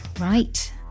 Right